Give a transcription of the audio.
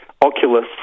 Oculus